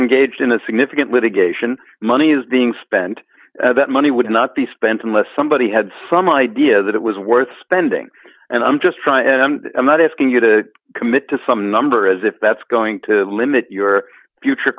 engaged in a significant litigation money is being spent that money would not be spent unless somebody had some idea that it was worth spending and i'm just trying to i'm not asking you to commit to some number as if that's going to limit your future